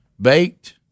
baked